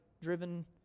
driven